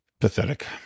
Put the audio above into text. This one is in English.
Pathetic